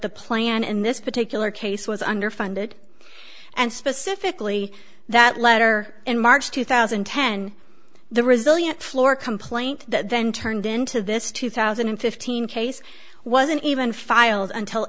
the plan in this particular case was underfunded and specifically that letter in march two thousand and ten the resilient floor complaint then turned into this two thousand and fifteen case wasn't even filed until